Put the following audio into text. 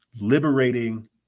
liberating